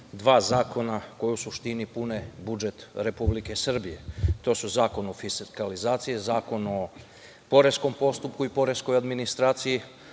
dva zakona koja u suštini pune budžet Republike Srbije. To su Zakon o fiskalizaciji, Zakon o poreskom postupku i poreskoj administraciji,